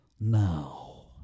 Now